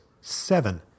Seven